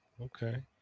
Okay